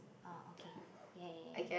orh okay ya ya ya ya